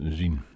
zien